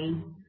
I 2